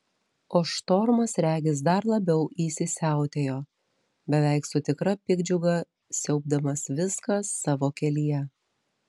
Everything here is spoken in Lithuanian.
o štormas regis dar labiau įsisiautėjo beveik su tikra piktdžiuga siaubdamas viską savo kelyje